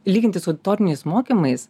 lyginti su auditoriniais mokymais